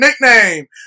nickname